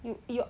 you you